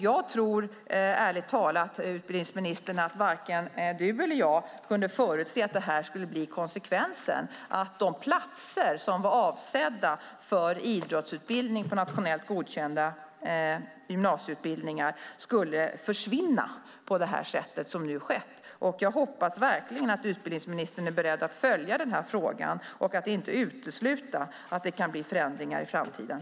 Jag tror ärligt talat, utbildningsministern, att varken du eller jag kunde förutse att konsekvensen skulle bli att de platser som var avsedda för idrottsutbildning på nationellt godkända gymnasieutbildningar skulle försvinna på det sätt som nu har skett. Jag hoppas verkligen att utbildningsministern är beredd att följa den här frågan och inte utesluta att det kan bli förändringar i framtiden.